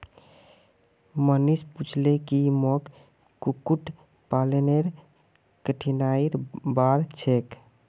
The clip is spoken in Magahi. मनीष पूछले की मोक कुक्कुट पालनेर कठिनाइर बार छेक